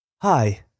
hi